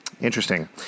Interesting